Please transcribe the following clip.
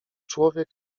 człowiek